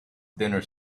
dinner